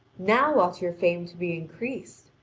now ought your fame to be increased!